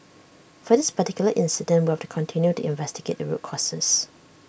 for this particular incident we have to continue to investigate the root causes